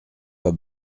pas